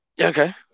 Okay